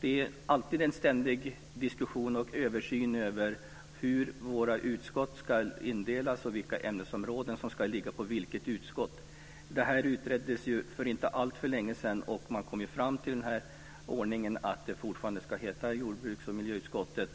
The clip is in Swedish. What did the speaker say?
det ständigt är fråga om en diskussion och en översyn när det gäller hur våra utskott ska indelas och vilka ämnesområden som ska ligga på vilket utskott. Saken utreddes för inte alltför länge sedan, och man kom fram till ordningen att det fortfarande ska heta jordbruks och miljöutskottet.